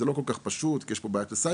זה לא כל כך פשוט כי יש פה את בעיית הסייבר,